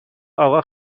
آقا